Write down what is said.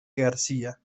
garcía